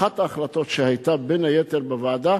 אחת ההחלטות שהיתה בוועדה,